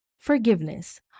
forgiveness